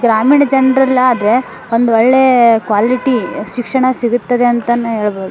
ಗ್ರಾಮೀಣ ಜನರಲ್ಲಾದ್ರೆ ಒಂದು ಒಳ್ಳೆಯ ಕ್ವಾಲಿಟಿ ಶಿಕ್ಷಣ ಸಿಗುತ್ತದೆ ಅಂತಲೇ ಹೇಳ್ಬೋದು